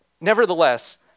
Nevertheless